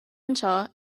anseo